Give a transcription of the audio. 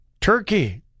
Turkey